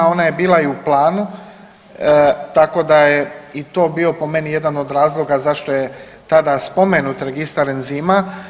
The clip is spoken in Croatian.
Ona je bila i u planu, tako da je i to bio po meni jedan od razloga zašto je tada spomenut registar enzima.